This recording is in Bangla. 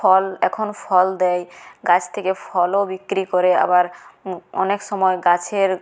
ফল এখন ফল দেয় গাছ থেকে ফলও বিক্রি করে আবার অনেক সময়ে গাছের